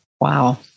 Wow